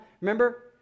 Remember